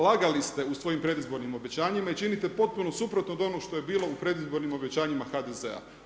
Lagali ste u svojim predizbornim obećanjima i činite potpuno suprotno od onog što je bilo u predizbornim obećanjima HDZ-a.